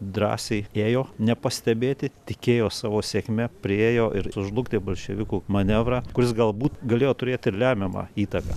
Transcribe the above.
drąsiai ėjo nepastebėti tikėjo savo sėkme priėjo ir sužlugdė bolševikų manevrą kuris galbūt galėjo turėt ir lemiamą įtaką